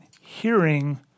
hearing